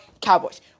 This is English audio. Cowboys